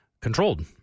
controlled